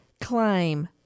claim